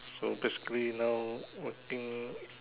so basically now working